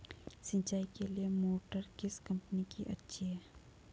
सिंचाई के लिए मोटर किस कंपनी की अच्छी है?